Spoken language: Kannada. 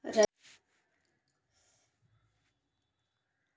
ರೈತರಿಗೆ ಏನರ ಮಾಹಿತಿ ಕೇಳೋಕೆ ಇರೋ ಮೊಬೈಲ್ ಅಪ್ಲಿಕೇಶನ್ ಗಳನ್ನು ಮತ್ತು?